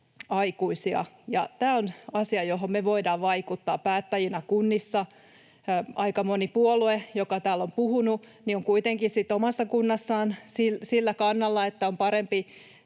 aikuisia. Tämä on asia, johon me voidaan vaikuttaa päättäjinä kunnissa. Aika moni puolue, joka täällä on puhunut, on kuitenkin sitten omassa kunnassaan sillä kannalla, että on parempi